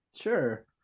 Sure